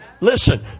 listen